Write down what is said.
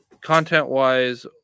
content-wise